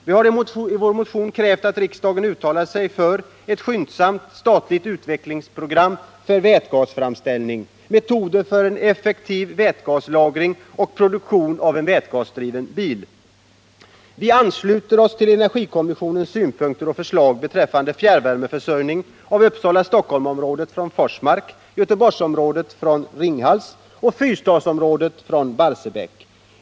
Vi har i vår motion krävt att riksdagen uttalar sig för ett skyndsamt statligt utvecklingsprogram för vätgasframställning, metoder för effektiv vätgaslagring och produktion av en vätgasdriven bil. Vi ansluter oss till energikommissionens synpunkter och förslag beträffande fjärrvärmeförsörjning av Uppsala-Stockholmsområdet från Forsmark, Göteborgsområdet från Ringhals och fyrstadsområdet från Barsebäck.